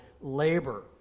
labor